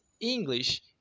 English